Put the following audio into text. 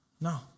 No